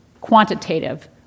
quantitative